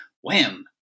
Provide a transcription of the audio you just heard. wham